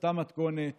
באותה מתכונת